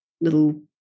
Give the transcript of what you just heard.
little